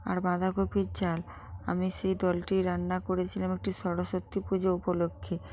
আর বাঁধাকপির ঝাল আমি সে দলটির রান্না করেছিলাম একটি সরস্বতী পুজো উপলক্ষে